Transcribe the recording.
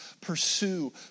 pursue